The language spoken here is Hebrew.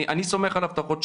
אני סומך על הבטחות שלך,